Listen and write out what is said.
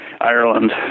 Ireland